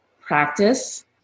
practice